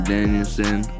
Danielson